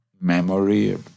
memory